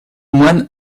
moine